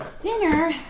dinner